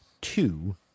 two